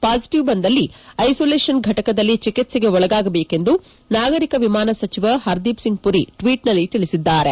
positive ಬಂದಲ್ಲಿ isolation ಫಟಕದಲ್ಲಿ ಚಿಕಿತ್ಸೆಗೆ ಒಳಗಾಗಬೇಕು ಎಂದು ನಾಗರಿಕ ವಿಮಾನ ಸಚಿವ ಹರ್ದೀಪ್ಸಿಂಗ್ಪುರಿ ಟ್ವೀಟ್ನಲ್ಲಿ ತಿಳಿಸಿದ್ದಾರೆ